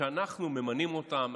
שאנחנו ממנים אותם,